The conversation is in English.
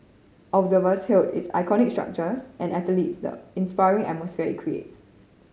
observers hailed its iconic structures and athletes the inspiring atmosphere it creates